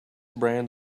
brand